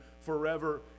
forever